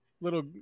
Little